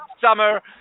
Summer